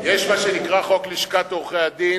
יש מה שנקרא חוק לשכת עורכי-הדין,